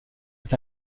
est